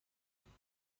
خوانم